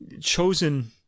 chosen